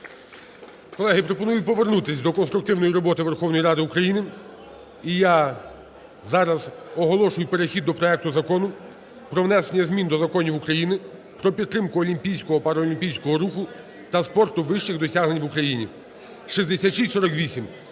Колеги, пропоную повернутися до конструктивної роботи Верховної Ради України. І я зараз оголошую перехід до проекту Закону про внесення змін до Законів України "Про підтримку олімпійського, паралімпійського руху та спорту вищих досягнень в Україні" (6648).